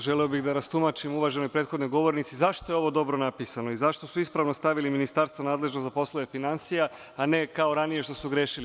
Želeo bih da rastumačim uvaženoj prethodnoj govornici zašto je ovo dobro napisano i zašto su ispravno stavili – Ministarstvo nadležno za poslove finansija, a ne kao ranije što su grešili.